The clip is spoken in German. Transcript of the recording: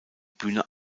bühne